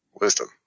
Wisdom